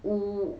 五